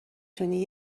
تونی